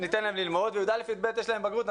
ולכיתות י"א עד י"ב יש בגרות,